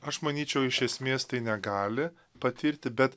aš manyčiau iš esmės tai negali patirti bet